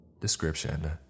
Description